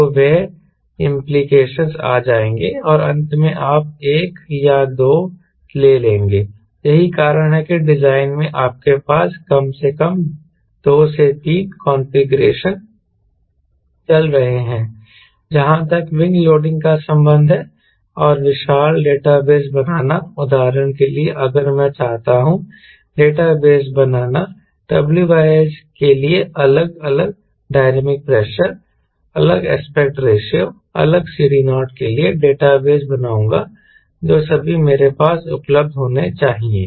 तो वे सभी इंप्लीकेशनस आ जाएंगे और अंत में आप एक या दो ले लेंगे यही कारण है कि डिजाइन में आपके पास कम से कम दो से तीन कॉन्फ़िगरेशन चल रहे हैं जहां तक विंग लोडिंग का संबंध है और विशाल डेटा बेस बनाना उदाहरण के लिए अगर मैं चाहता हूं डेटा बेस बनाना मैं W S के लिए अलग अलग डायनामिक प्रेशर अलग एस्पेक्ट रेशों अलग CD0 के लिए डेटा बेस बनाऊंगा जो सभी मेरे पास उपलब्ध होने चाहिए